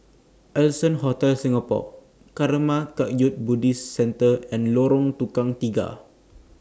Allson Hotel Singapore Karma Kagyud Buddhist Centre and Lorong Tukang Tiga